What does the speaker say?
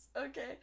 Okay